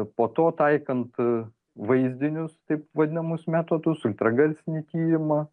po to taikant vaizdinius taip vadinamus metodus ultragarsinį tyrimą